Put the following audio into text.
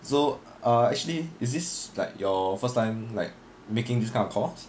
so uh actually is this like your first time like making this kind of calls